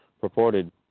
purported